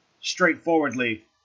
straightforwardly